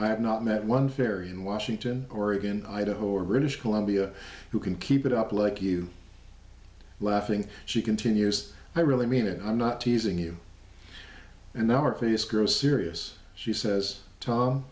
i have not met one fairy in washington oregon idaho or british columbia who can keep it up like you laughing she continued i really mean it i'm not teasing you and our face grows serious she says